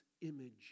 image